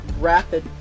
rapid